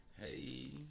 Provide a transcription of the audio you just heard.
Hey